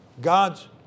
God's